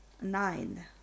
nine